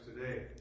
today